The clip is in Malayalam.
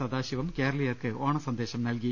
സദാശിവം കേരളീയർക്ക് ഓണസന്ദേശം നൽകി